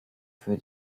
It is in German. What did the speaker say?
für